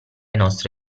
nostre